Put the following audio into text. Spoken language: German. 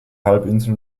halbinsel